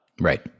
right